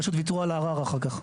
הם פשוט ויתרו על הערר אחר כך.